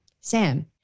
Sam